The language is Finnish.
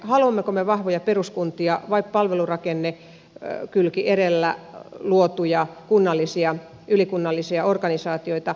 haluammeko me vahvoja peruskuntia vai palvelurakennekylki edellä luotuja ylikunnallisia organisaatioita